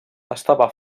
estava